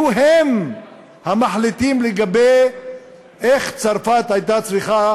הם היו המחליטים לגבי איך צרפת הייתה צריכה